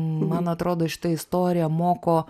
man atrodo šita istorija moko